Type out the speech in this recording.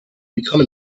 become